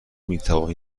میتوان